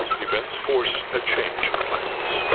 events force a change of plans.